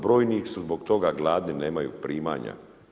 Brojni su zbog toga gladni, nemaju primanja.